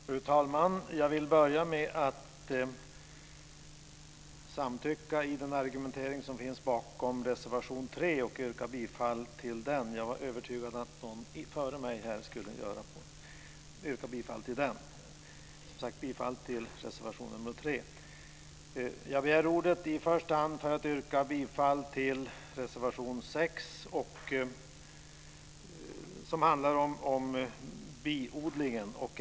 Fru talman! Jag vill börja med att samtycka i den argumentering som finns bakom reservation 3 och yrka bifall till den. Jag var övertygad om att någon före mig skulle göra det, men som sagt: bifall till reservation 3! Jag begärde dock ordet i första hand för att yrka bifall till reservation 6, som handlar om biodlingen.